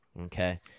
Okay